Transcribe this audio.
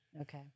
Okay